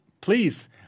Please